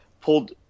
pulled